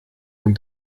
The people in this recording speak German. dem